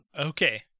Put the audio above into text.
Okay